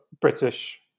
british